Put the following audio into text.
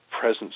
presence